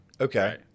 Okay